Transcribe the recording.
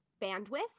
bandwidth